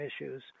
issues